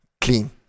clean